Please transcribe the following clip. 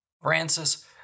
Francis